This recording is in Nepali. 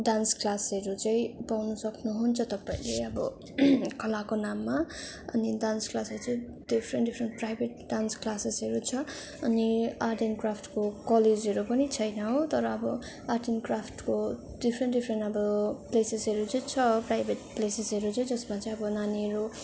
डान्स क्लासहरू चाहिँ पाउनु सक्नुहुन्छ तपाईँहरूले अब कलाको नाममा अनि डान्स क्लासहरू चाहिँ डिफ्रेन्ट डिफ्रेन्ट प्राइभेट डान्स क्लासेसहरू छ अनि आर्ट एन्ड क्राफ्टको कलेजहरू पनि छैन हो तर अब आर्ट एन्ड क्राफ्टको डिफ्रेन्ट डिफ्रेन्ट अब प्लेसेसहरू चाहिँ छ प्राइभेट प्लेसेसहरू छ जसमा चाहिँ अब नानीहरू